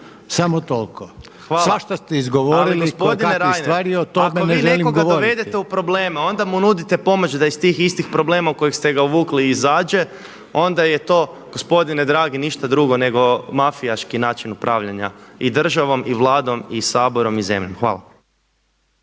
o tome ne želim govoriti. **Pernar, Ivan (Živi zid)** Hvala. Ali gospodine Reiner, ako vi nekoga dovedete u probleme a onda mu nudite pomoć da iz tih istih probleme u koje ste ga uvukli izađe, onda je to gospodine dragi ništa drugo nego mafijaški način upravljanja i državom i Vladom i Saborom i zemljom. Hvala.